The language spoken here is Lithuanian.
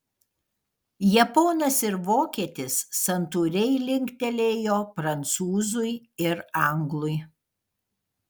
japonas ir vokietis santūriai linktelėjo prancūzui ir anglui